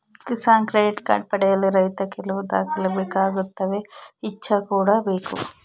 Kisan credit card ಪಡೆಯಲು ರೈತ ಕೆಲವು ದಾಖಲೆ ಬೇಕಾಗುತ್ತವೆ ಇಚ್ಚಾ ಕೂಡ ಬೇಕು